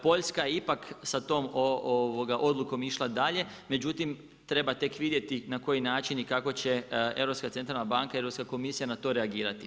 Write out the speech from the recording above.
Poljska ipak sa tom odlukom je išla dalje, međutim treba tek vidjeti na koji način i kako će Europska centralna banka, Europska komisija na to reagirati.